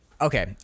Okay